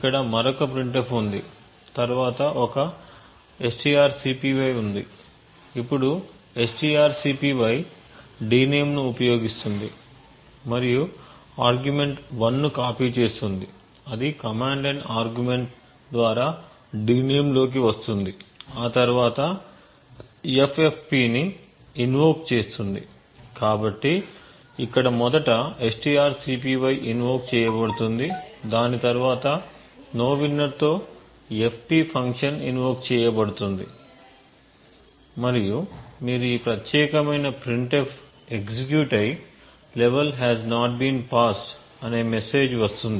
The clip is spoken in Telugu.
ఇక్కడ మరొక printf ఉంది తరువాత ఒక strcpy ఉంది ఇప్పుడు strcpy d name ను ఉపయోగిస్తుంది మరియు ఆర్గ్యుమెంట్ 1 ను కాపీ చేస్తుంది అది కమాండ్ లైన్ ఆర్గ్యుమెంట్ ద్వారా d name లోకి వస్తుంది ఆ తరువాత ffp ని ఇన్ఓక్ చేస్తుంది కాబట్టి ఇక్కడ మొదట strcpy ఇన్ఓక్ చేయబడుతుంది దాని తరువాత nowinner తో fp ఫంక్షన్ ఇన్ఓక్ చేయబడుతుంది మరియు మీరు ఈ ప్రత్యేకమైన printf ఎగ్జిక్యూట్ అయి "level has not been passed" అనే మెసేజ్ వస్తుంది